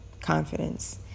confidence